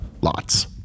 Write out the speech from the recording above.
Lots